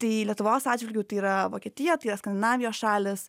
tai lietuvos atžvilgiu tai yra vokietija skandinavijos šalys